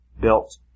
built